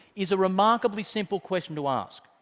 is a remarkably simple question to ask.